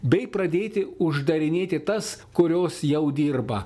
bei pradėti uždarinėti tas kurios jau dirba